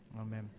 Amen